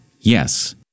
yes